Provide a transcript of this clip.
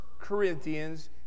Corinthians